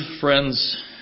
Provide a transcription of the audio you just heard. friends